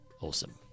awesome